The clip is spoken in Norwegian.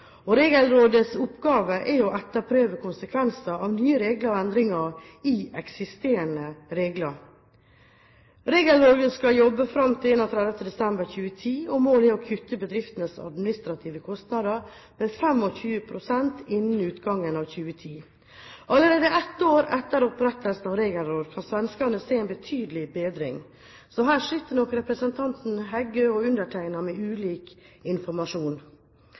Regelrådets oppgave er å etterprøve konsekvenser av nye regler og endringer i eksisterende regler. Regelrådet skal jobbe fram til 31. desember 2010, og målet er å kutte bedriftenes administrative kostnader med 25 pst. innen utgangen av 2010. Allerede ett år etter opprettelsen av Regelrådet kan svenskene se en betydelig bedring, så her sitter nok representanten Heggø og undertegnede med ulik informasjon.